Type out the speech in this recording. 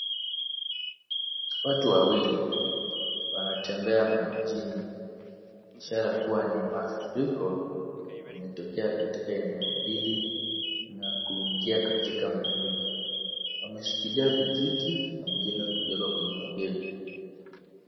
Watu wawili wanatembea majini, ishara kuwa ni mafuriko imetokea katika eneo hili na kuingia katika manyumba. Wameshikilia vijiti na mwingine kubeba kwenye mabega.